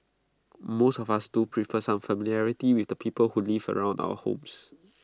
most of us do prefer some familiarity with the people who live around our homes